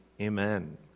Amen